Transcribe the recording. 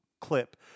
clip